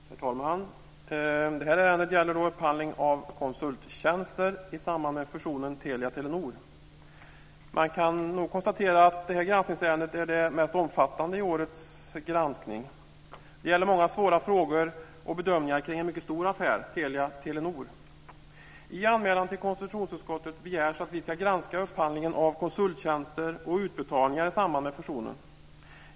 Herr talman! Det här ärendet gäller upphandling av konsulttjänster i samband med fusionen Telia Telenor. Man kan konstatera att det här granskningsärendet är det mest omfattande i årets granskning. Det gäller många svåra frågor och bedömningar kring en mycket stor affär, Telia I anmälan till konstitutionsutskottet begärs att vi ska granska upphandlingen av konsulttjänster och utbetalningar i samband med fusionen.